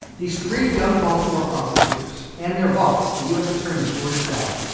these three young baltimore prosecutors and their boss, the u s. attorney george beall.